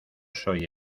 soy